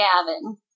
Gavin